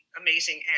amazing